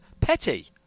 petty